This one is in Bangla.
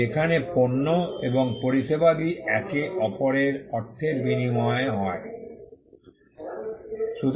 যেখানে পণ্য এবং পরিষেবাদি একে অপরের অর্থের বিনিময়ে বিনিময় হয়